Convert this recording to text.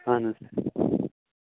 اَہَن حظ